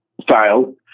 style